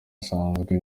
asanzwe